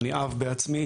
אני אב בעצמי.